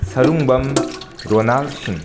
ꯁꯔꯨꯡꯕꯝ ꯔꯣꯅꯥꯜ ꯁꯤꯡ